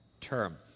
term